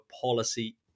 policy